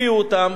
הביאו אותם.